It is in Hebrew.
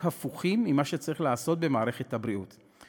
הפוכים ממה שצריך לעשות במערכת הבריאות.